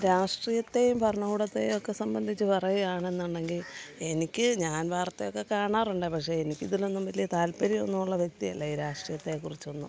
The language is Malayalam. രാഷ്ട്രീയത്തേയും ഭരണകൂടത്തേയൊക്കെ സംബന്ധിച്ച് പറയുവാണെന്നുണ്ടെങ്കിൽ എനിക്ക് ഞാൻ വാർത്തയൊക്കെ കാണാറുണ്ട് പക്ഷേ എനിക്കിതിലൊന്നും വലിയ താല്പര്യമൊന്നുമുള്ള വ്യക്തിയല്ല ഈ രാഷ്ട്രീയത്തെക്കുറിച്ചൊന്നും